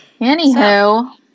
Anywho